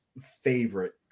favorite